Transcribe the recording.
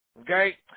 Okay